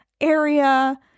area